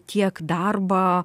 tiek darbą